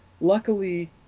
luckily